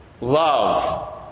Love